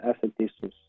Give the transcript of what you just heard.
esat teisus